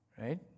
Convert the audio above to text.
right